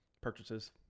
purchases